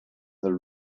the